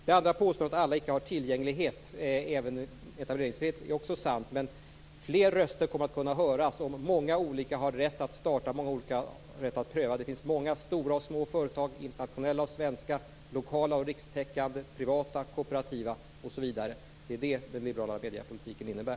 Det andra påståendet att alla inte har tillgänglighet även om det är etableringsfritt är också sant, men fler röster kommer att kunna höras om många har rätt att starta och pröva. Det finns många stora och små företag, internationella och svenska, lokala och rikstäckande, privata och kooperativa osv. Det är det den liberala mediepolitiken innebär.